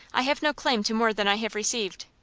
i have no claim to more than i have received.